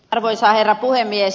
arvoisa herra puhemies